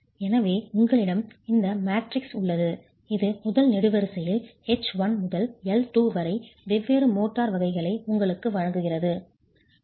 எனவே உங்களிடம் இந்த மேட்ரிக்ஸ் உள்ளது இது முதல் நெடுவரிசையில் H 1 முதல் L 2 வரை வெவ்வேறு மோட்டார் வகைகளை உங்களுக்கு வழங்குகிறது மேலும் 3